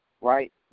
right